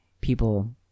people